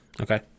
Okay